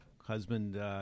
husband